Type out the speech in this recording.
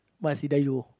Mas-Idayu